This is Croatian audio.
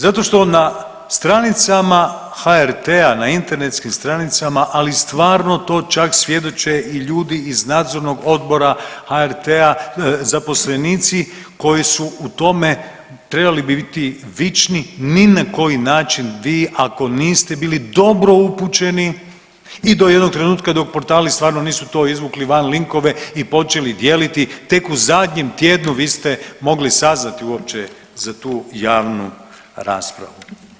Zato što na stranicama HRT-a, na internetskim stranicama ali stvarno to čak svjedoče i ljudi iz nadzornog odbora HRT-a, zaposlenici koji su u tome trebali bi biti vični ni na koji način vi ako niste bili dobro upućeni i do jednog trenutka dok portali stvarno nisu to izvukli van linkove i počeli dijeliti tek u zadnjem tjednu vi ste mogli saznati uopće za tu javnu raspravu.